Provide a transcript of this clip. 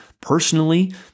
personally